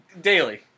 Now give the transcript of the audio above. Daily